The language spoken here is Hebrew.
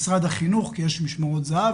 משרד החינוך כי יש משמרות זה"ב,